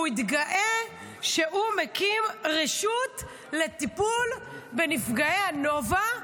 התגאה שהוא מקים רשות לטיפול בנפגעי הנובה,